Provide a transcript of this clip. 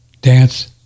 dance